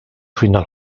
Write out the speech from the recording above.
final